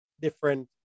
different